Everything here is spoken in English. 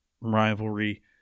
rivalry